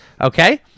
Okay